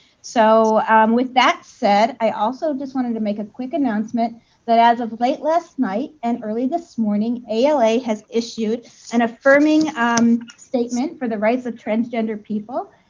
so with that said, i also wanted to make a quick announcement that as of late last night and early this morning. ala has issued an affirming um statement for the rights of transgender people,